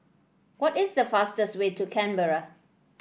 what is the fastest way to Canberra